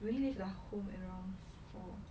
really live lah around four